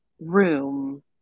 room